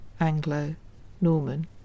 Anglo-Norman